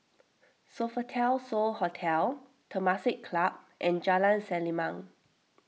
Sofitel So Hotel Temasek Club and Jalan Selimang